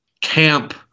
camp